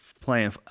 playing